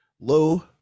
low